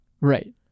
Right